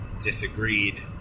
disagreed